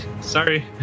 Sorry